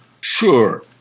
Sure